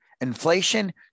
Inflation